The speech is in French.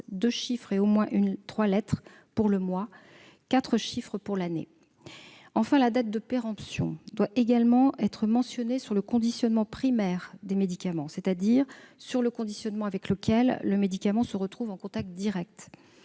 deux chiffres ou au moins trois lettres pour le mois et quatre chiffres pour l'année. Enfin, la date de péremption doit également être mentionnée sur le conditionnement primaire des médicaments, c'est-à-dire le conditionnement avec lequel le médicament se trouve en contact direct.